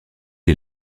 est